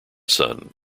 son